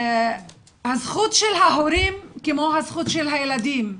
הזכות של ההורים כמו הזכות של הילדים,